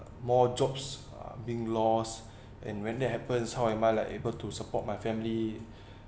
more jobs are being lost and when that happens how am I like able to support my family